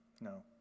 No